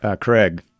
Craig